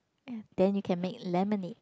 ya then you can make lemonade